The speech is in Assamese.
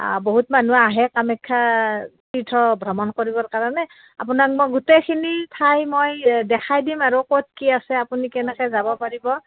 বহুত মানুহ আহে কামাখ্যা তীৰ্থ ভ্ৰমণ কৰিবৰ কাৰণে আপোনাক মই গোটেইখিনি ঠাই মই দেখাই দিম আৰু ক'ত কি আছে আপুনি কেনেকৈ যাব পাৰিব